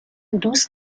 دوست